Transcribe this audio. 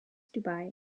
dubai